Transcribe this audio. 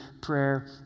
prayer